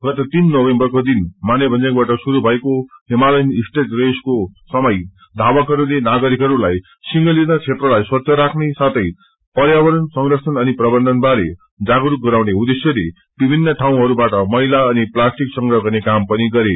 गत तीन नोभेम्बरको दिन मानेम्जयाङबाट शुरू भएको हिमालयन स्टेज रेसको समय धावकहरूले नागरिकहरूलाईसिंहलीला क्षेत्रलाई स्वच्छ राख्ने साथै पर्यावरण संरक्षण अनि प्रबन्धन बारे जागरूक गराउन विमिन्न ठाउँहरूमा मैला अनि प्लाष्टिक संग्रह गर्ने काम पनि गरे